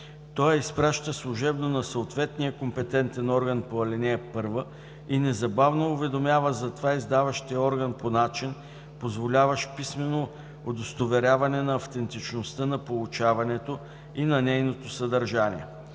той я изпраща служебно на съответния компетентен орган по ал. 1 и незабавно уведомява за това издаващия орган по начин, позволяващ писмено удостоверяване на автентичността на получаването и на нейното съдържание.